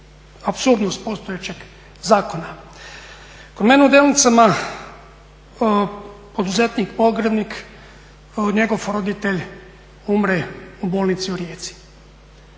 apsolutnog s postojećeg zakona. Kod mene u Delnicama poduzetnik pogrebnik, njegov roditelj umre u bolnici u Rijeci.